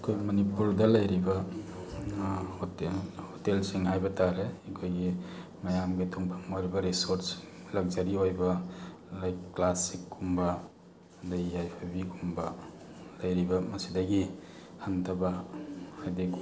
ꯑꯩꯈꯣꯏ ꯃꯅꯤꯄꯨꯔꯗ ꯂꯩꯔꯤꯕ ꯍꯣꯇꯦꯜ ꯍꯣꯇꯦꯜꯁꯤꯡ ꯍꯥꯏꯕꯇꯥꯔꯦ ꯑꯩꯈꯣꯏꯒꯤ ꯃꯌꯥꯝꯒꯤ ꯊꯨꯡꯐꯝ ꯑꯣꯏꯔꯤꯕ ꯔꯤꯖꯣꯔꯠ ꯂꯛꯖꯔꯤ ꯑꯣꯏꯕ ꯂꯩ ꯀ꯭ꯂꯥꯁꯤꯛꯀꯨꯝꯕ ꯑꯗꯩ ꯌꯥꯏꯐꯕꯤꯒꯨꯝꯕ ꯂꯩꯔꯤꯕ ꯃꯁꯤꯗꯒꯤ ꯍꯟꯊꯕ ꯍꯥꯏꯗꯤ